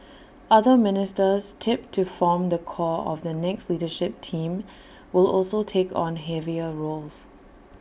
other ministers tipped to form the core of the next leadership team will also take on heavier roles